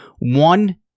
One